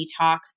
detox